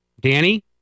Danny